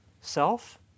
self